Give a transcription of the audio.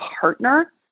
partner